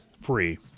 free